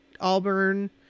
auburn